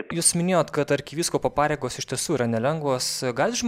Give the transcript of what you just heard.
jūs minėjot kad arkivyskupo pareigos iš tiesų yra nelengvos galit žmonėm kurie